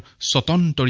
salt on